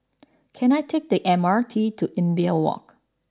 can I take the M R T to Imbiah Walk